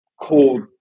called